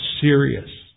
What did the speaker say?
serious